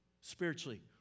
spiritually